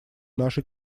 нашей